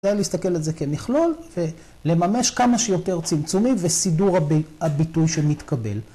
‫זה היה להסתכל על זה כמכלול, ‫ולממש כמה שיותר צמצומים ‫וסידור הביטוי שמתקבל.